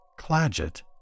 Cladgett